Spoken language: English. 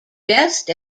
best